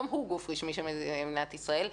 גם הוא גוף רשמי של מדינת ישראל,